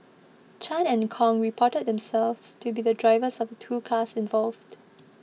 Chan and Kong reported themselves to be drivers of the two cars involved